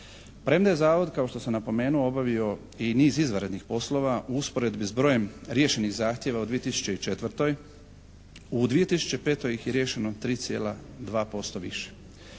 Premda je zavod kao što sam napomenuo obavio i niz izvanrednih poslova u usporedbi s brojem riješenih zahtjeva u 2004. u 2005. ih je riješeno 3,2% više.